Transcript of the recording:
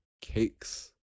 cakes